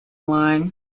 line